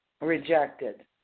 Rejected